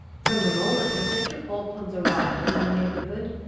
from the moment of mr. falkland's arrival in the neighbourhood,